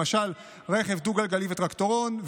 למשל רכב דו-גלגלי וטרקטורון,